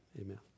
Amen